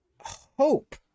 hope